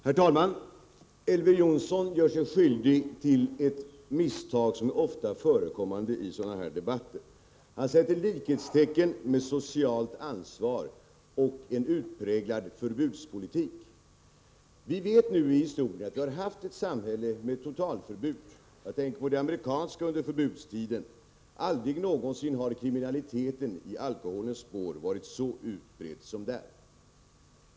Herr talman! Elver Jonsson gör sig skyldig till ett misstag som ofta är förekommande i sådana här debatter. Han sätter likhetstecken mellan socialt ansvar och en utpräglad förbudspolitik. Vi vet från historien att det funnits ett samhälle med totalförbud. Jag tänker på det amerikanska samhället under förbudstiden. Aldrig någonsin har kriminaliteten i alkoholens spår varit så utbredd som då i USA.